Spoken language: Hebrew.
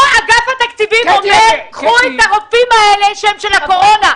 פה אגף התקציבים אומר: קחו את הרופאים האלה שהם של הקורונה.